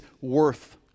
worth